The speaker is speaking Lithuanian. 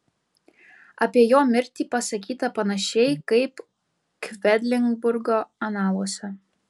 apie jo mirtį pasakyta panašiai kaip kvedlinburgo analuose